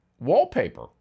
wallpaper